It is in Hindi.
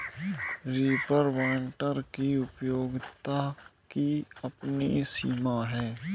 रीपर बाइन्डर की उपयोगिता की अपनी सीमा है